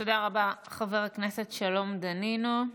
תודה רבה, חבר הכנסת שלום דנינו.